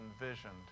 envisioned